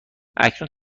اکنون